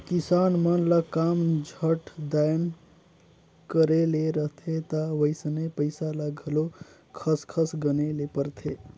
किसान मन ल काम झट दाएन करे ले रहथे ता वइसने पइसा ल घलो खस खस गने ले परथे